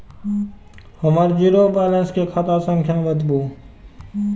हमर zero balance के खाता संख्या बतबु?